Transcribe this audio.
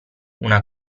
una